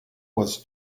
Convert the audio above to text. was